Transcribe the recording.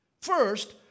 First